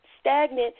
Stagnant